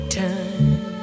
time